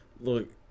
Look